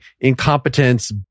incompetence